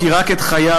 כי רק את חייו,